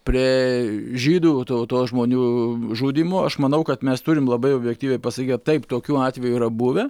prie žydų tautos žmonių žudymo aš manau kad mes turim labai objektyviai pasakyt kad taip tokių atvejų yra buvę